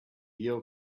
your